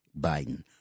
Biden